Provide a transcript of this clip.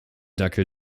dackel